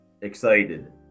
excited